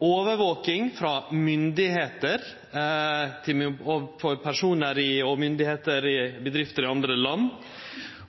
Overvaking frå myndigheiter av personar, myndigheiter og bedrifter i andre land,